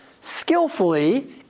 skillfully